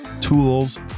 tools